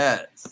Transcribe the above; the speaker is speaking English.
Yes